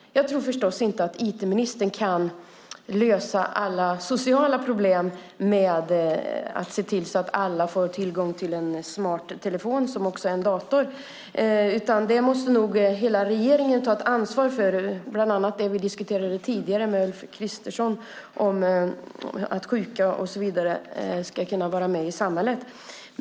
Jag tror förstås inte att IT-ministern kan lösa alla sociala problem genom att se till att alla får tillgång till en smart telefon som också är en dator, utan det måste nog hela regeringen ta ett ansvar för. Det gäller bland annat det vi diskuterade tidigare med Ulf Kristersson om att sjuka och så vidare ska kunna vara med i samhället.